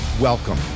Welcome